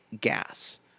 Gas